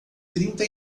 trinta